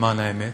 למען האמת,